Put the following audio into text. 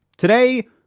Today